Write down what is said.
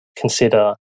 consider